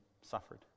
suffered